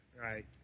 Right